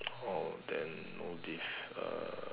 oh then no diff